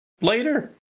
later